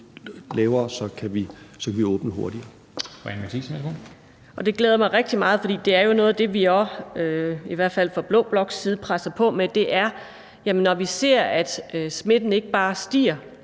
Kl. 13:55 Anni Matthiesen (V): Det glæder mig rigtig meget, for det er jo noget af det, som vi også i hvert fald fra blå bloks side presser på med, for når vi ser, at smitten ikke bare stiger